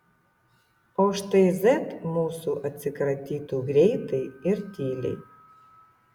o štai z mūsų atsikratytų greitai ir tyliai